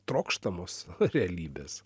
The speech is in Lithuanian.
trokštamos realybės